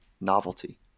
novelty